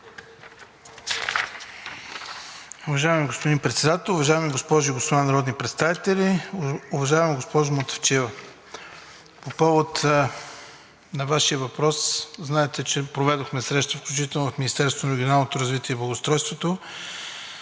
Уважаеми господин Председател, уважаеми госпожи и господа народни представители! Уважаема госпожо Мутафчиева, по повод на Вашия въпрос, знаете, че проведохме срещи, включително и в Министерството на регионалното развитие и благоустройството.